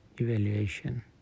evaluation